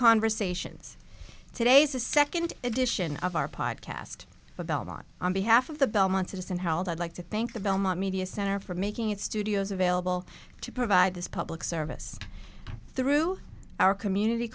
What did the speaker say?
conversations today's a nd edition of our podcast the belmont on behalf of the belmont citizen how old i'd like to thank the belmont media center for making it studios available to provide this public service through our community